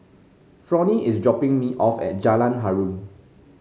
Fronnie is dropping me off at Jalan Harum